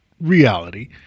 reality